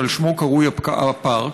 שעל שמו קרוי הפארק,